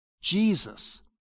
Jesus